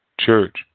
church